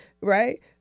right